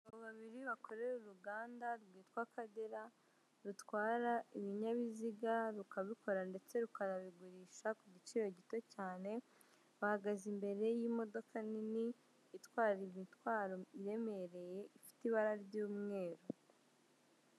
Abagabo babiri bakorera uruganda rwitwa Akagera, rutwara ibinyabiziga, rukabikora ndetse rukanabigurisha ku giciro gito cyane, bahagaze imbere y'imodoka nini itwara imitwaro iremereye, ifite ibara ry'umweru.